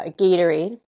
Gatorade